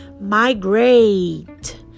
migrate